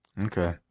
Okay